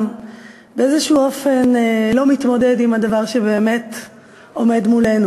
באיזה אופן לא מתמודדים עם הדבר שבאמת עומד מולנו.